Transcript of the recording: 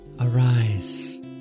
Arise